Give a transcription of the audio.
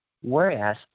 Whereas